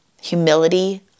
Humility